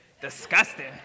Disgusting